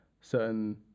certain